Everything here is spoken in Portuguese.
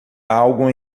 algo